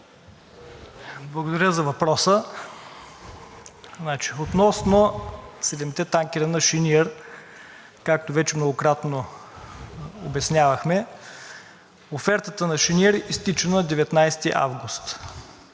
Благодаря за въпроса. Относно седемте танкера на „Шениър“, както вече многократно обяснявахме, офертата на „Шениър“ изтича на 19 август.